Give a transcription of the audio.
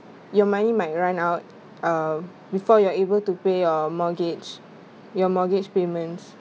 your money might run out um before you're able to pay your mortgage your mortgage payments